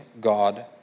God